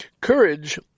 Courage